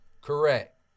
Correct